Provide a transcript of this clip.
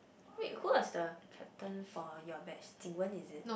wait who was the captain for your batch Jing-Wen is it